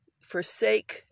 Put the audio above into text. forsake